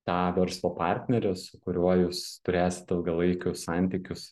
tą verslo partnerį su kuriuo jūs turėsit ilgalaikius santykius